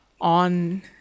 on